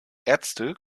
ärzte